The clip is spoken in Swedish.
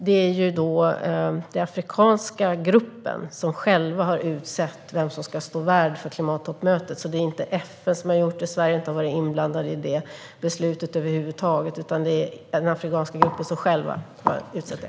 Det är den afrikanska gruppen som har utsett vem som ska stå värld för klimattoppmötet. Det är alltså inte FN som har gjort det, och Sverige har inte varit inblandat i beslutet över huvud taget.